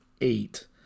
eight